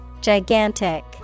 Gigantic